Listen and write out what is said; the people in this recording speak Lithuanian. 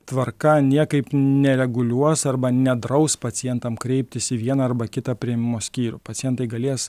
tvarka niekaip nereguliuos arba nedraus pacientam kreiptis į vieną arba kitą priėmimo skyrių pacientai galės